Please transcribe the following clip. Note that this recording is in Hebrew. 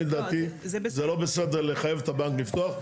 אני לדעתי זה לא בסדר לחייב את הבנק לפתוח.